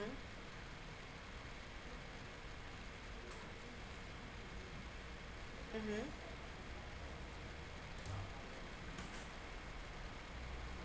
mm